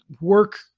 work